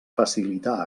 facilitar